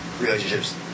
relationships